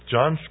John